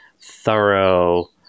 thorough